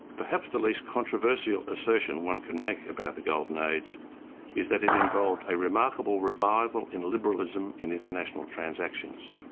perhaps the least controversial assertion one can make about the golden age is that it involved a remarkable revival in liberalism in international transactions.